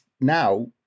now